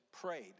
prayed